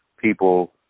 people